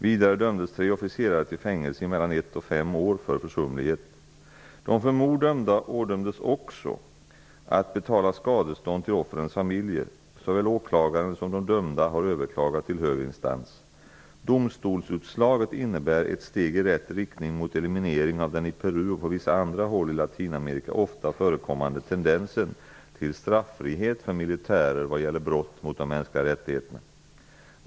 Vidare dömdes tre officerare till fängelse i mellan ett och fem år för försumlighet. De för mord dömda ådömdes också att betala skadestånd till offrens familjer. Såväl åklagaren som de dömda har överklagat till högre instans. Domstolsutslaget innebär ett steg i rätt riktning mot eliminering av den i Peru och på vissa andra håll i Latinamerika ofta förekommande tendensen till straffrihet för militärer vad gäller brott mot de mänskliga rättigheterna.